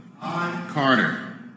Carter